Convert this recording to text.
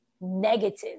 negative